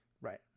Right